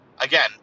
again